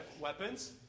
weapons